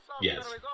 Yes